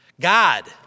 God